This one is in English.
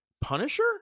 Punisher